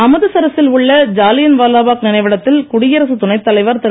அமிர்தசரஸில் உள்ள ஜாலியன் வாலாபாக் நினைவிடத்தில் குடியரசுத் துணைத் தலைவர் திரு